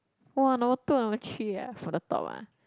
!wah! number two or number three ah for the top ah